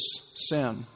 sin